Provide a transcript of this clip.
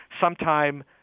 sometime